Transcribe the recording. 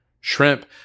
shrimp